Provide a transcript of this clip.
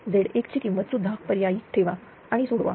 Z1 ची किंमत सुद्धा पर्यायी ठेवा आणि सोडवा